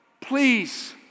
please